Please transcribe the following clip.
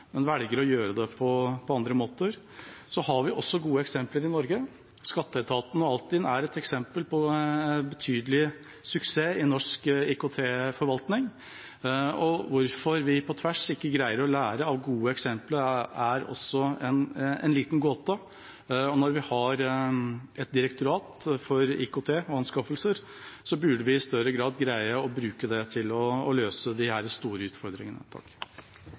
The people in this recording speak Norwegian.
men velger å gjøre det på andre måter. Vi har også gode eksempler i Norge. Skatteetaten og Altinn er et eksempel på en betydelig suksess i norsk IKT-forvaltning. Hvorfor vi på tvers ikke greier å lære av gode eksempler, er også en liten gåte. Og når vi har et direktorat for IKT og anskaffelser, burde vi i større grad greie å bruke det til å løse disse store utfordringene.